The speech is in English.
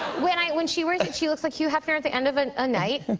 when when she wears it, she looks like hugh hefner at the end of a ah night,